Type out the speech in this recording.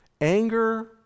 Anger